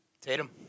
Tatum